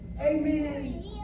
amen